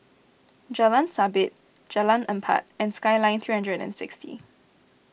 Jalan Sabit Jalan Empat and Skyline three hundred and sixty